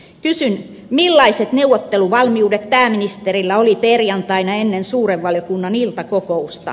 kysyn millaiset neuvotteluvalmiudet pääministerillä oli perjantaina ennen suuren valiokunnan iltakokousta